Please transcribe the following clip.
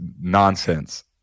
nonsense